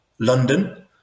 London